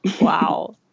wow